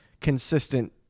consistent